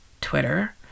Twitter